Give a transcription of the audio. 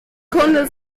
kunde